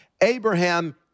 Abraham